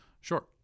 Sure